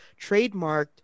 trademarked